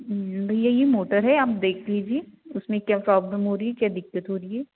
भैया ये मोटर है आप देख लिजिए उसमे क्या प्रोब्लम हो रही है क्या दिक्कत हो रही है